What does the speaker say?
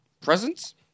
Presents